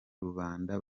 rubanda